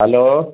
hello